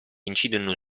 incidono